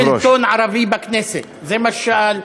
הוא שאל אם יש שלטון ערבי בכנסת, זה מה ששאל?